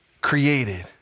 created